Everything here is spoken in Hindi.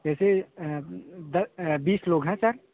जैसे दस बीस लोग है सर